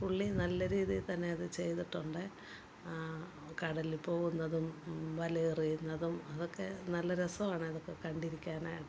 പുള്ളി നല്ല രീതിയില്ത്തന്നെ അത് ചെയ്തിട്ടുണ്ട് കടലിൽ പോകുന്നതും വലയെറിയുന്നതും അതൊക്കെ നല്ല രസമാണ് അതൊക്കെ കണ്ടിരിക്കാനായിട്ട്